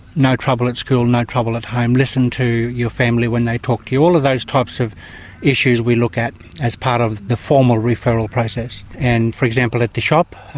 no trouble at school, no trouble at home, listen to your family when they talk to you. all of those types of issues we look at as part of the formal referral process. and for example, at the shop,